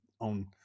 on